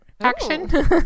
action